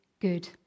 good